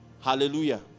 Hallelujah